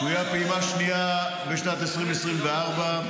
צפויה פעימה שנייה בשנת 2024,